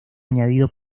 añadido